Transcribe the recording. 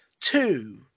two